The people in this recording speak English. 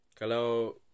Kalau